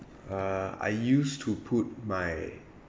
uh I used to put my